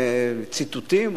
ציטוטים,